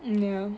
ya